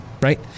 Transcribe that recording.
right